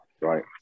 Right